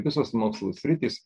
visos mokslo sritys